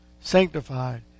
sanctified